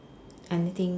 anything